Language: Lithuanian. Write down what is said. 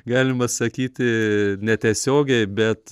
galima sakyti netiesiogiai bet